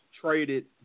traded